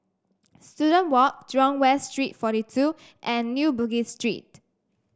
Student Walk Jurong West Street forty two and New Bugis Street